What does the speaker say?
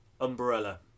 umbrella